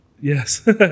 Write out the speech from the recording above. yes